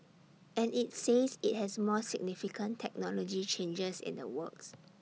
and IT says IT has more significant technology changes in the works